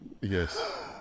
Yes